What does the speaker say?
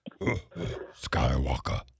Skywalker